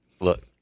look